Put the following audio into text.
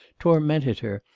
tormented her,